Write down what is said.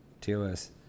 TOS